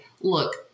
look